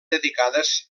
dedicades